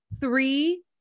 three